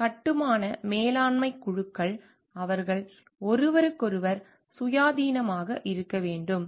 கட்டுமான மேலாண்மை குழுக்கள் அவர்கள் ஒருவருக்கொருவர் சுயாதீனமாக இருக்க வேண்டும்